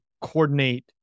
coordinate